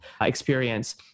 experience